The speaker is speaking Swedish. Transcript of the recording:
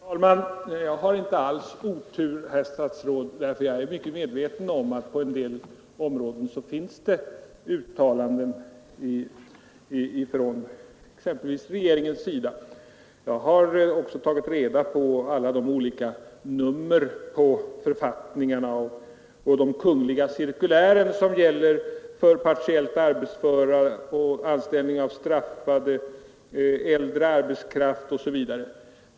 Herr talman! Jag har inte alls otur, herr statsråd, utan jag är mycket medveten om att det på en del områden finns uttalanden från exempelvis regeringens sida. Jag har också tagit reda på alla de olika nummer på författningar och kungl. cirkulär som gäller för partiellt arbetsföra, anställning av straffade, äldre arbetskraft osv.